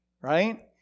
right